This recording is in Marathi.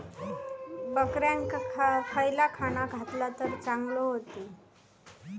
बकऱ्यांका खयला खाणा घातला तर चांगल्यो व्हतील?